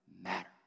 matter